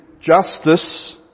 justice